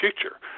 future